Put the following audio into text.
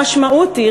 המשמעות היא,